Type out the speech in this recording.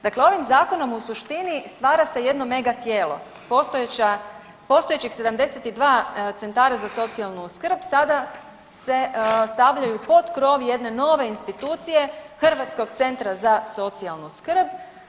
Dakle, ovim zakonom u suštini stvara se jedno mega tijelo postojeća, postojećih 72 centara za socijalnu skrb sada se stavljaju pod krov jedne nove institucije Hrvatskog centra za socijalnu skrb.